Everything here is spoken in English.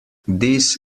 this